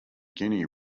guinea